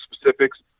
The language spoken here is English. specifics